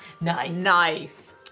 Nice